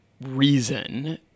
reason